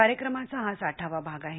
कार्यक्रमाचा हा साठावा भाग आहे